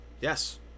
Yes